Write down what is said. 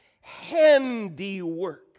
handiwork